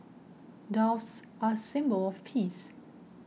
Doves are symbol of peace